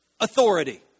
authority